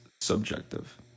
subjective